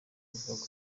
avuga